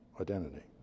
identity